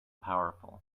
powerful